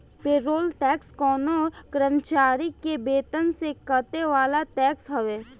payroll tax कवनो कर्मचारी के वेतन से कटे वाला टैक्स हवे